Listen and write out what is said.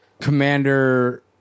commander